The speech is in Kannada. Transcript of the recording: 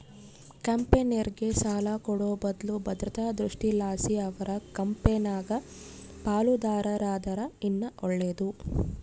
ಕಂಪೆನೇರ್ಗೆ ಸಾಲ ಕೊಡೋ ಬದ್ಲು ಭದ್ರತಾ ದೃಷ್ಟಿಲಾಸಿ ಅವರ ಕಂಪೆನಾಗ ಪಾಲುದಾರರಾದರ ಇನ್ನ ಒಳ್ಳೇದು